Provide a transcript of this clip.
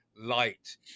light